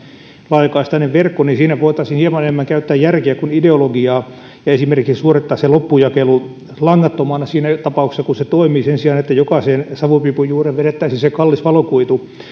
laajakaistainen verkko niin siinä voitaisiin hieman enemmän käyttää järkeä kuin ideologiaa ja esimerkiksi suorittaa se loppujakelu langattomana siinä tapauksessa kun se toimii sen sijaan että jokaisen savupiipun juureen vedettäisiin se kallis valokuitu